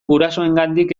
gurasoengandik